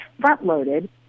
front-loaded